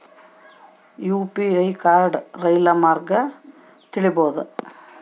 UPI ಬಳಸಿ ರೈಲು ಮಾರ್ಗ ತಿಳೇಬೋದ?